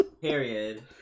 Period